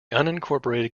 unincorporated